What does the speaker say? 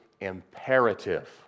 imperative